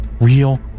Real